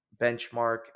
benchmark